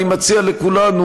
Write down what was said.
אני מציע לכולנו: